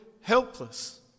helpless